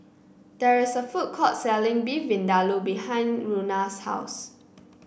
there is a food court selling Beef Vindaloo behind Rhona's house